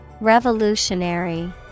Revolutionary